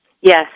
Yes